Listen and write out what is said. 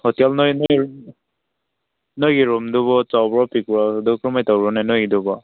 hotel ꯅꯣꯏ ꯅꯣꯏꯒꯤ ꯔꯨꯝꯗꯨꯕꯨ ꯆꯥꯎꯕ꯭ꯔꯣ ꯄꯤꯛꯄ꯭ꯔꯣ ꯑꯗꯨ ꯀꯔꯝꯍꯥꯏꯅ ꯇꯧꯕ꯭ꯔꯣꯅꯦ ꯅꯣꯏꯒꯤꯗꯨꯕꯣ